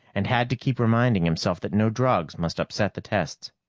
and had to keep reminding himself that no drugs must upset the tests.